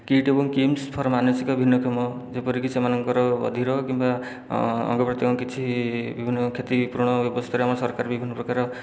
କିଟ ଏବଂ କୀମସ ଫର ମାନସିକ ଭିନକ୍ଷମ ଯେପରିକି ସେମାନଙ୍କର ବଧିର କିମ୍ବା ଅଙ୍ଗପ୍ରତ୍ୟେଙ୍ଗ କିଛି ବିଭିନ୍ନ କ୍ଷତିପୂରଣ ବ୍ୟବସ୍ଥାରେ ଆମ ସରକାରଙ୍କ ବିଭିନ୍ନ ପ୍ରକାର